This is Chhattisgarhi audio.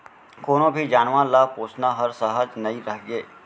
कोनों भी जानवर ल पोसना हर सहज नइ रइगे